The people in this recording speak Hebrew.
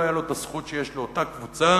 לא היתה לו הזכות שיש לאותה קבוצה,